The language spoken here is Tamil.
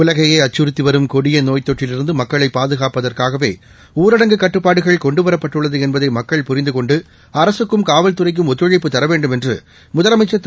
உலகையே அச்சுறுத்தி வரும் கொடிய நோய்த் தொற்றிலிருந்து மக்களை பாதுகாப்பதற்காகவே ஊரடங்கு கட்டுப்பாடுகள் கொண்டு வரப்பட்டுள்ளது என்பதை மக்கள் புரிந்தகொண்டு அரசுக்கும் காவல் துறைக்கும் ஒத்துழைப்பு தரவேண்டும் என்று முதலமைச்சர் திரு